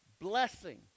blessing